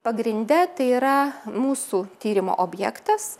pagrinde tai yra mūsų tyrimo objektas